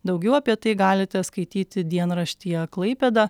daugiau apie tai galite skaityti dienraštyje klaipėda